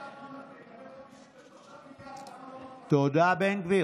53 מיליארד, תודה, בן גביר.